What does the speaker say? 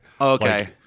okay